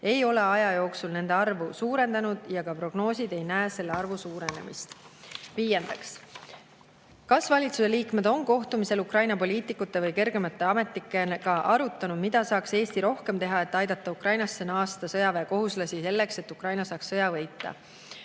ei ole aja jooksul nende arvu suurendanud ja ka prognoosides ei nähta selle arvu suurenemist. Viiendaks: "Kas valitsuse liikmed on kohtumistel Ukraina poliitikute või kõrgemate ametnikega arutanud, mida saaks Eesti rohkem teha, et aidata Ukrainasse naasta sõjaväekohuslasi selleks, et Ukraina saaks sõja võita?"